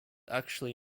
actually